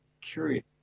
curious